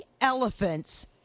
elephants